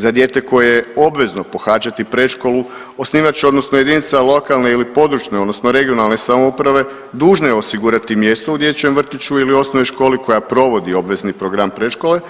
Za dijete koje je obvezno pohađati predškolu, osnivač odnosno jedinica lokalne i područne (regionalne) samouprave dužno je osigurati mjesto u dječjem vrtiću ili osnovnoj školi koja provodi obvezni program predškole,